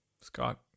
Scott